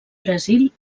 brasil